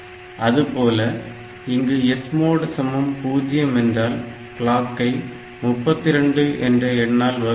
அதுபோல இங்கு SMOD 0 என்றால் கிளாக்கை 32 என்ற எண்ணால் வகுக்க வேண்டும்